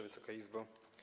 Wysoka Izbo!